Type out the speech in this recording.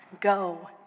go